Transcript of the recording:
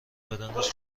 بدنش